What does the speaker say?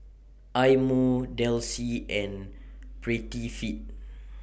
Eye Mo Delsey and Prettyfit